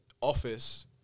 office